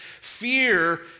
fear